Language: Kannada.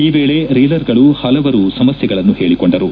ಈ ವೇಳೆ ರೀಲರ್ಗಳು ಹಲವರು ಸಮಸ್ನೆಗಳನ್ನು ಹೇಳಿಕೊಂಡರು